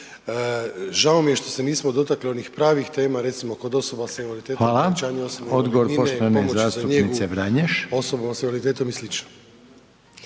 Žao mi je što se nismo dotakli onih pravih tema recimo kod osoba sa invaliditetom, povećanje osobne invalidnine, njegu osoba sa invaliditetom i slično.